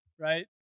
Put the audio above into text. right